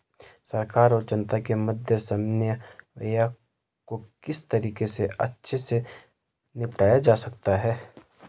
सरकार और जनता के मध्य समन्वय को किस तरीके से अच्छे से निपटाया जा सकता है?